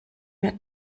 mehr